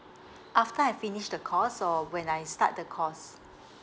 after I finish the course or when I start the course